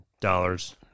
dollars